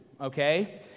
Okay